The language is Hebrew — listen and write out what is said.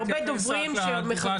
ברורה.